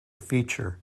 feature